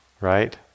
right